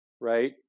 right